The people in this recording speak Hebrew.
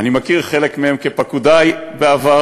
אני מכיר חלק מהם כפקודי בעבר,